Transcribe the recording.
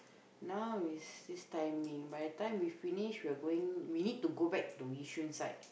now is this timing by the time we finish we are going we need to back to Yishun side